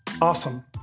awesome